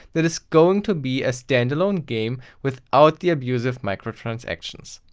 that is going to be a standalone game without the abusive microtransaction.